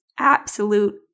absolute